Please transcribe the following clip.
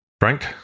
Frank